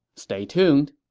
stay tuned